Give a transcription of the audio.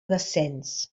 descens